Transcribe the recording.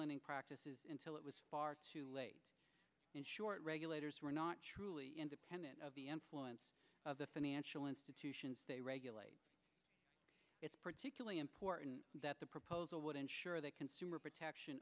lending practices until it was far too late and short regulators were not truly independent of the employments of the financial institutions they regulate it's particularly important that the proposal would ensure that consumer protection